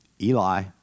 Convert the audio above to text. Eli